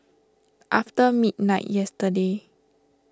after midnight yesterday